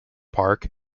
park